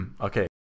okay